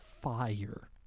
fire